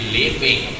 living